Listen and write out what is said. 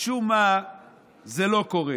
משום מה זה לא קורה.